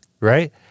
Right